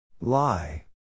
Lie